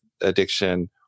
addiction